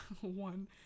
one